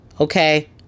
okay